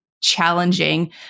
challenging